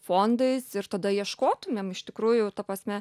fondais ir tada ieškotumėm iš tikrųjų ta prasme